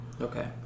Okay